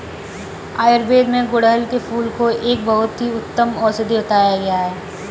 आयुर्वेद में गुड़हल के फूल को एक बहुत ही उत्तम औषधि बताया गया है